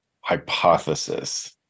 hypothesis